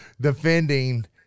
defending